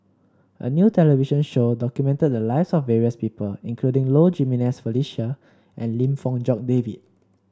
a new television show documented the lives of various people including Low Jimenez Felicia and Lim Fong Jock David